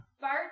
Bart